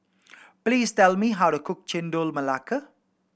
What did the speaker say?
please tell me how to cook Chendol Melaka